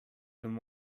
been